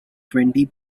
twenty